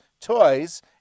toys